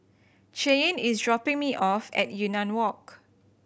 Cheyenne is dropping me off at Yunnan Walk